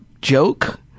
joke